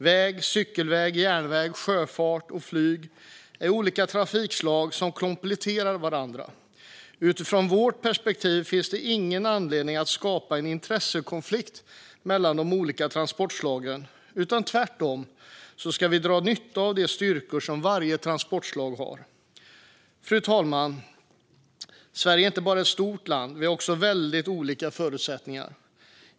Väg, cykelväg, järnväg, sjöfart och flyg är olika trafikslag som kompletterar varandra. Utifrån vårt perspektiv finns det ingen anledning att skapa en intressekonflikt mellan de olika transportslagen. Tvärtom ska vi dra nytta av de styrkor som varje transportslag har. Fru talman! Sverige är inte bara ett stort land. Vi har också väldigt olika förutsättningar.